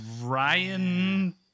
ryan